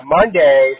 Monday